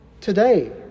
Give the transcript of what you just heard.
today